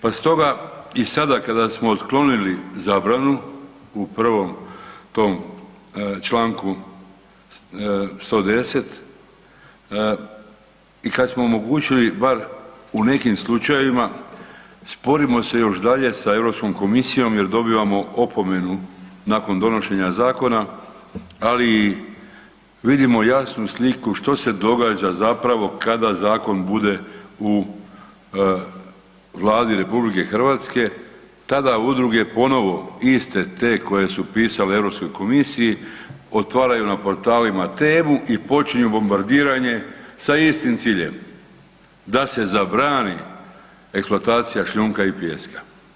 Pa stoga i sada kada smo otklonili zabranu u prvom tom čl. 110. i kad smo omogućili bar u nekim slučajevima, sporimo se još dalje s Europskom komisijom jer dobivamo opomenu nakon donošenja zakona, ali vidimo i jasnu sliku što se događa zapravo kada zakon bude u Vladi RH, tada udruge ponovo, iste te koje su pisale Europskoj komisiji, otvaraju na portalima temu i počinju bombardiranje sa istim ciljem, da se zabrani eksploatacija šljunka i pijeska.